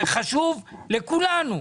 זה חשוב לכולנו.